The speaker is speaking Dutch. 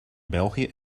belgië